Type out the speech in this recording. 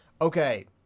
Okay